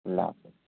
اللہ حافظ